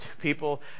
people